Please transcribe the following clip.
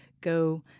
go